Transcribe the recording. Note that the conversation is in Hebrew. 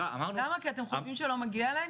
למה, כי אתם חושבים שלא מגיע להם?